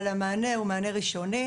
אבל המענה הוא מענה ראשוני.